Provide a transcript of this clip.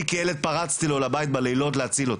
אני, כילד פרצתי לו לבית בלילות כדי להציל אותו.